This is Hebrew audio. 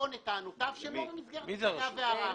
לטעון את טענותיו שלא במסגרת השגה וערר.